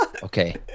Okay